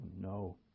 no